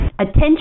attention